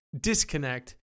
disconnect